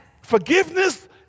Forgiveness